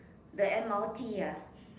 the m_r_t ah